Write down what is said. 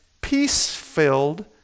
peace-filled